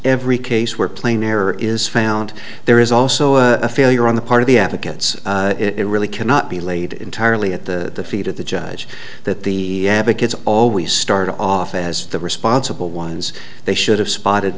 every case where plain error is found there is also a failure on the part of the advocates it really cannot be laid entirely at the feet of the judge that the advocates always start off as the responsible ones they should have spotted